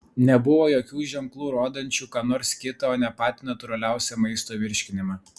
nebuvo jokių ženklų rodančių ką nors kitą o ne patį natūraliausią maisto virškinimą